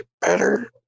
better